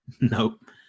Nope